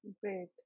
Great